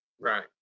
right